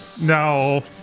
No